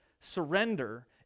surrender